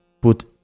put